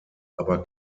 aber